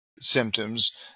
symptoms